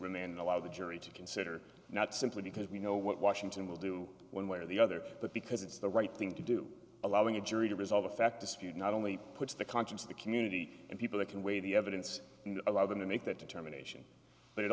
remand allow the jury to consider not simply because we know what washington will do one way or the other but because it's the right thing to do allowing a jury to resolve a fact dispute not only puts the conscience of the community and people that can weigh the evidence and allow them to make that determination but it